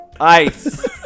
Ice